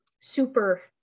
super